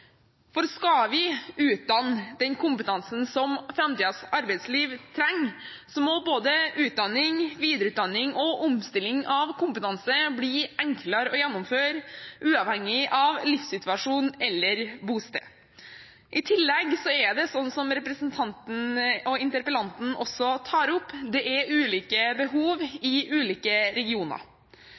Skal vi utdanne den kompetansen som framtidens arbeidsliv trenger, må både utdanning, videreutdanning og omstilling av kompetanse bli enklere å gjennomføre, uavhengig av livssituasjon eller bosted. I tillegg er det slik som representanten og interpellanten også tar opp: Det er ulike behov i ulike regioner.